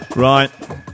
Right